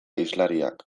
hizlariak